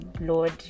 Lord